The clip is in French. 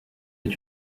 est